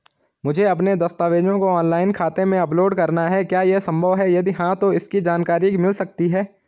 मुझे अपने दस्तावेज़ों को ऑनलाइन खाते में अपलोड करना है क्या ये संभव है यदि हाँ तो इसकी जानकारी मिल सकती है?